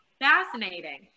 fascinating